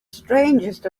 strangest